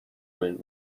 کنید